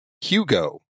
Hugo